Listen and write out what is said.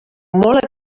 molt